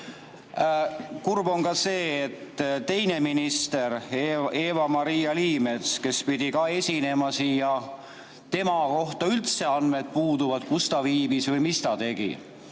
Kurb on ka see, et teine minister, Eva-Maria Liimets, kes pidi ka esinema siin, tema kohta üldse andmed puuduvad, kus ta viibis või mis ta tegi.